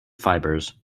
fibers